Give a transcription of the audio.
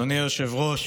אדוני היושב-ראש,